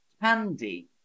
candy